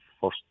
first